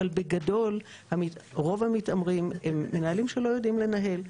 אבל בגדול רוב המתעמרים הם מנהלים שלא יודעים לנהל.